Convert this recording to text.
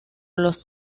los